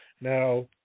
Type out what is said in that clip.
Now